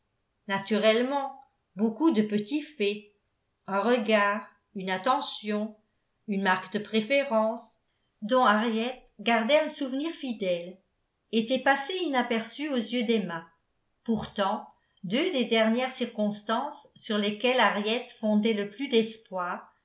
naturellement beaucoup de petits faits un regard une attention une marque de préférence dont henriette gardait un souvenir fidèle étaient passés inaperçus aux yeux d'emma pourtant deux des dernières circonstances sur lesquelles henriette fondaient le plus d'espoir